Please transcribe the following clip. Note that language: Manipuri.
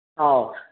ꯑꯧ